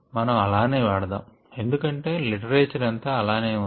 మనం అలానే వాడదాము ఎందుకంటే లిటరేచర్ అంతా అలానే ఉంది